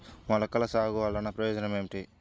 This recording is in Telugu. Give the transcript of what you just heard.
మొలకల సాగు వలన ప్రయోజనం ఏమిటీ?